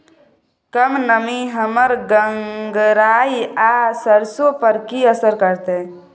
कम नमी हमर गंगराय आ सरसो पर की असर करतै?